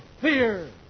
Fear